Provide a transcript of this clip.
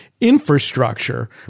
infrastructure